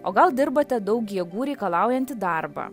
o gal dirbate daug jėgų reikalaujantį darbą